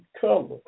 color